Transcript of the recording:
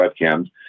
webcams